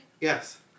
Yes